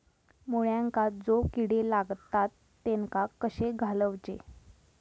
मुळ्यांका जो किडे लागतात तेनका कशे घालवचे?